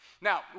Now